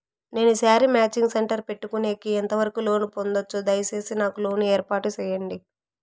నేను sari matching centre పెట్టుకునేకి ఎంత వరకు లోను పొందొచ్చు? దయసేసి నాకు లోను ఏర్పాటు సేయండి?